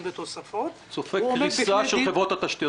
בתוספות -- צופה קריסה של חברות התשתיות בישראל.